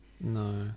no